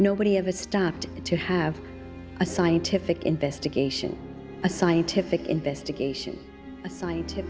nobody ever stopped to have a scientific investigation a scientific investigation